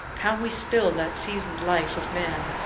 how we spill that seasoned life of man,